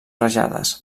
rajades